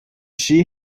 she